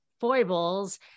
foibles